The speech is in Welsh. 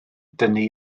dynnu